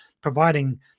providing